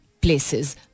places